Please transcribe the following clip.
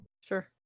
Sure